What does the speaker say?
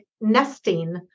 nesting